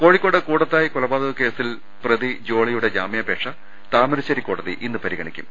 കോഴിക്കോട് കൂടത്തായ് കൊലപാതക കേസിൽ പ്രതി ജോളി യുടെ ജാമ്യാപേക്ഷ താമരശേരി കോടതി ഇന്ന് പരിഗണിക്കും